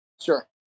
Sure